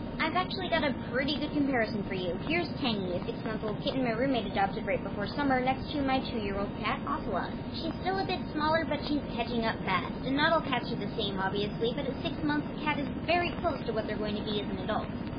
i've actually got a pretty good comparison for you. here's tangy, a six-month-old kitten my roommate adopted right before summer, next to my two-year-old cat ocelot. she's still a bit smaller but she's catching up fast and that will catch up the same, obviously, but at six months the cat is very close to what they're going to be as an adult.